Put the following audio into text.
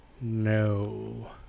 no